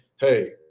hey